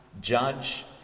judge